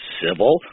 civil